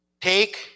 take